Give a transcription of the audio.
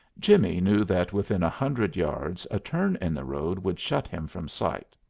jimmie knew that within a hundred yards a turn in the road would shut him from sight.